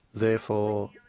therefore,